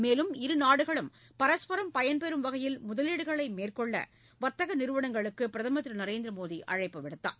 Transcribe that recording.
மேலும் இருநாடுகளும் பரஸ்பரம் பயன்பெறும் வகையில் முதலீடுகளை மேற்கொள்ள வர்த்தக நிறுவனங்களுக்கு பிரதமர் திரு நரேந்திர மோடி அழைப்பு விடுத்தார்